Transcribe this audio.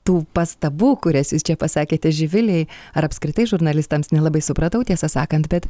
tų pastabų kurias jūs čia pasakėte živilei ar apskritai žurnalistams nelabai supratau tiesą sakant bet